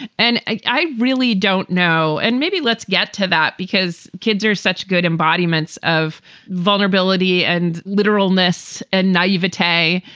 and i really don't know. and maybe let's get to that because kids are such good embodiments of vulnerability and literalness and naive it a.